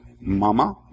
mama